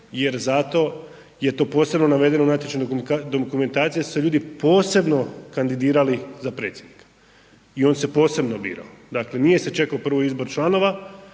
jer za to je to posebno navedeno u natječaju dokumentacije da su se ljudi posebno kandidirali za predsjednika i on se posebno birao, dakle nije se čekao prvo izbor članova,